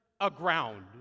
aground